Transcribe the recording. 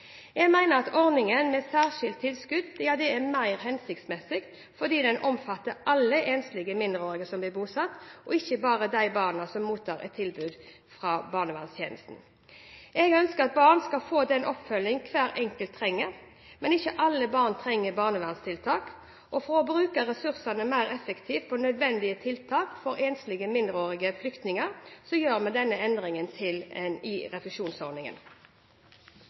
Jeg mener at ordningen med særskilt tilskudd er mer hensiktsmessig, fordi den omfatter alle enslige mindreårige som blir bosatt, og ikke bare de barna som mottar et tilbud fra barnevernstjenesten. Jeg ønsker at barn skal få den oppfølgingen hver enkelt trenger. Men ikke alle barn trenger et barnevernstiltak. For å bruke ressursene mer effektivt på nødvendige tiltak for enslige mindreårige flyktninger gjør vi denne endringen i refusjonsordningen.